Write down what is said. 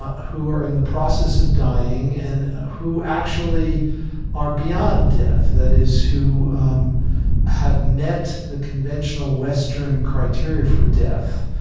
who are in the process of dying and who actually are beyond death that is, who um have met the conventional western criteria for death,